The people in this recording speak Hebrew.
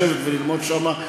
לשבת וללמוד שם.